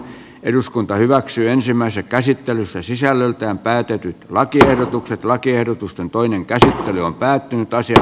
eduskunta hyväksyi ensimmäisen käsittelyssä sisällöltään päätetyt lakiehdotukset lakiehdotusten toinen käsittely on päättynyt tai sillä